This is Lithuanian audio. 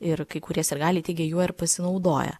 ir kai kurie sirgaliai teigė juo ir pasinaudoję